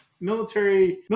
military